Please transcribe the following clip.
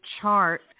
chart